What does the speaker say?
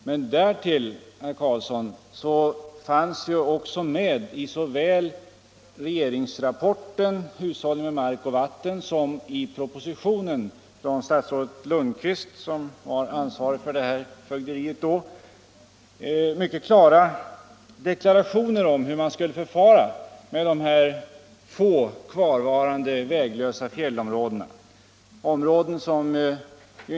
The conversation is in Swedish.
Men, herr Carlsson, såväl regeringsrapporten Hushållning med mark och vatten som propositionen från statsrådet Lundkvist, som då var ansvarig för det här fögderiet, innehöll också mycket klara deklarationer om hur man skulle förfara med de få kvarvarande väglösa fjällområdena.